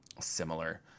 similar